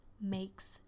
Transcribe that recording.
makes